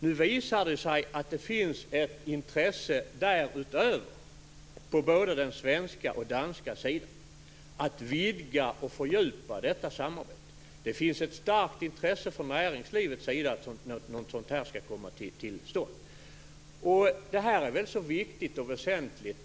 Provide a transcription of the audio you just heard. Nu visade det sig att det finns ett intresse därutöver på både den svenska och den danska sidan att vidga och fördjupa detta samarbete. Det finns ett starkt intresse från näringslivets sida för att något sådant här skall komma till stånd. Det här med forskning och utveckling är nog så viktigt och väsentligt.